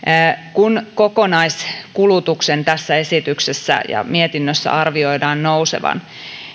kun kokonaiskulutuksen tässä esityksessä ja mietinnössä arvioidaan nousevan